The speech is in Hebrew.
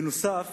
נוסף